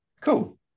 cool